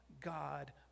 God